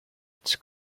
its